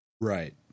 right